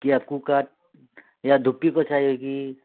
कि या कुकाठ या धुप्पीको चाहियो कि